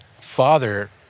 father